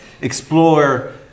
explore